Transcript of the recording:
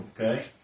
Okay